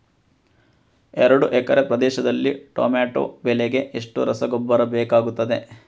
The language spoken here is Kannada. ಎರಡು ಎಕರೆ ಪ್ರದೇಶದಲ್ಲಿ ಟೊಮ್ಯಾಟೊ ಬೆಳೆಗೆ ಎಷ್ಟು ರಸಗೊಬ್ಬರ ಬೇಕಾಗುತ್ತದೆ?